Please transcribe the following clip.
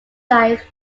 life